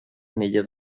anella